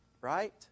right